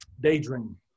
Daydream